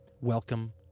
Welcome